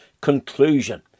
conclusion